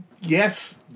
Yes